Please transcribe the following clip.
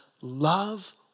love